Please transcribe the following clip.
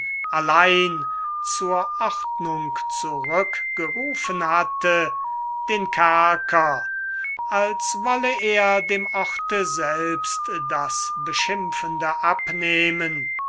allein zur ordnung zurückgerufen hatte den kerker als wolle er dem orte selbst das beschimpfende abnehmen